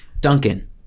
Duncan